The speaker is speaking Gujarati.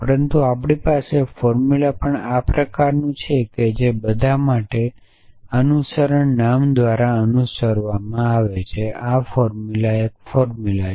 પરંતુ આપણી પાસે ફોર્મુલા પણ આ પ્રકારનું છે કે બધા માટે અનુસરણ નામ દ્વારા અનુસરવામાં ફોર્મુલા એક ફોર્મુલા છે